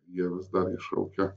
jie vis dar iššaukia